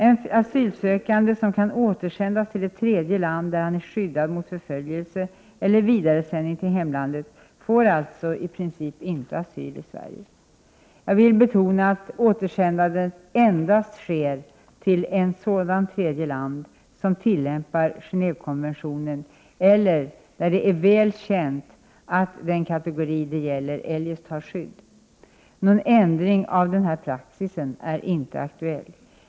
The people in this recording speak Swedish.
En asylsökande som kan återsändas till ett tredje land där han är skyddad mot förföljelse eller vidaresändning till hemlandet får alltså i princip inte asyl i Sverige. Jag vill betona att återsändande endast sker till ett sådant tredje land som tillämpar Genå&vekonventionen eller där, enligt vad som är väl känt, den kategori det gäller eljest har skydd. Någon ändring av denna praxis är inte aktuell.